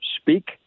speak